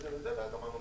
ותגיד,